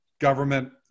government